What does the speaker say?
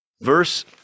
Verse